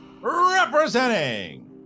Representing